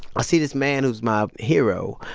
ah see this man, who's my hero,